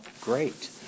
Great